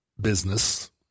business